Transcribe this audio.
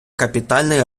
капітальний